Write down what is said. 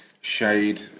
Shade